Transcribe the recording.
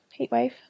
heatwave